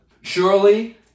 Surely